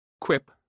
Quip